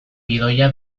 gidoia